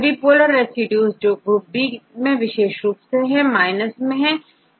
सभी polar residue जो group B में विशेष रुप से हैं माइनस में है